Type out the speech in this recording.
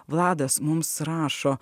vladas mums rašo